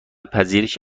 پذیرش